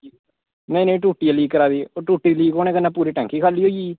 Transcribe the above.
नेईं नेईं ओह् टुट्टी ऐ लीक करा दी ओह् टूटी लीक करने कन्नै पूरी टैंकी खाल्ली होई